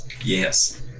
yes